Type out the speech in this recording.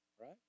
right